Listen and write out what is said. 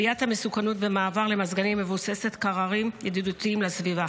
עליית המסוכנות במעבר למזגנים מבוססי קררים ידידותיים לסביבה